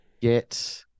get